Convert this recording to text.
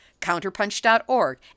Counterpunch.org